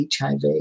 HIV